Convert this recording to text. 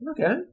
Okay